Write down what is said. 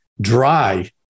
dry